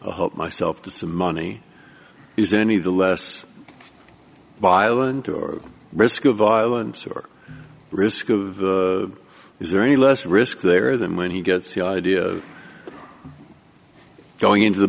hope myself to some money is any the less violent or risk of violence or risk is there any less risk there than when he gets the idea of going into the